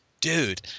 dude –